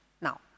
Now